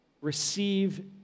receive